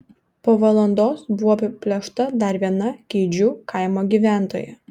po valandos buvo apiplėšta dar viena keidžių kaimo gyventoja